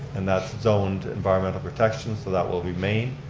and that's zoned environmental protection, so that will remain.